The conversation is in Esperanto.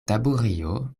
taburio